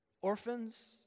orphans